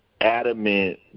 adamant